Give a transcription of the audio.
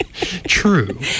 True